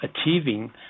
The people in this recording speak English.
achieving